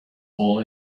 all